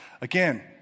Again